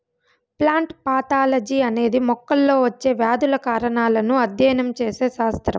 plant pathology అనేది మొక్కల్లో వచ్చే వ్యాధుల కారణాలను అధ్యయనం చేసే శాస్త్రం